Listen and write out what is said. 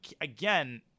again